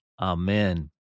Amen